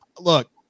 look